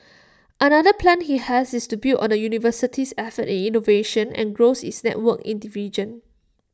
another plan he has is to build on the university's efforts in innovation and grow its networks in the region